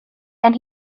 and